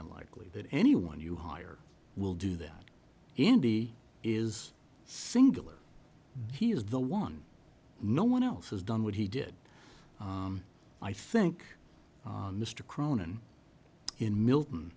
unlikely that anyone you hire will do that andy is singular he is the one no one else has done what he did i think mr cronan in milton